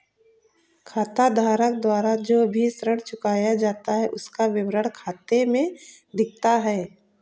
खाताधारक द्वारा जो भी ऋण चुकाया जाता है उसका विवरण खाते में दिखता है